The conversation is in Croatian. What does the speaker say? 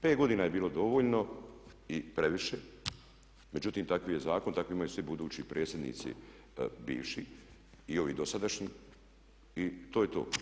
5 godina je bilo dovoljno i previše međutim takvi je zakon i tako imaju svi budući predsjednici, bivši i ovi dosadašnji i to je to.